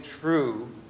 true